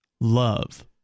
love